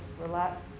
relax